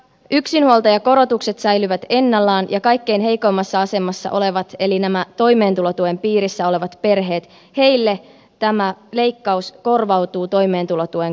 yksinhuoltajakorotukset säilyvät ennallaan ja kaikkein heikoimmassa asemassa oleville eli näille toimeentulotuen piirissä oleville perheille tämä leikkaus korvautuu toimeentulotuen kautta